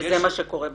וזה מה שקורה בפועל.